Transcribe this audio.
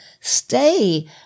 stay